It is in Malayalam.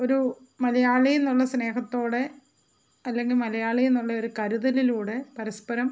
ഒരു മലയാളി എന്നുള്ള സ്നേഹത്തോടെ അല്ലെങ്കിൽ മലയാളി എന്നുള്ള ഒരു കരുതലിലൂടെ പരസ്പരം